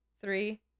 Three